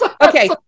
Okay